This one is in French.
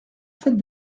fête